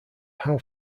how